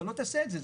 אתה לא תעשה את זה,